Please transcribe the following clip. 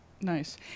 Nice